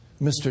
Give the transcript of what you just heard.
Mr